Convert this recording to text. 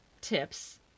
tips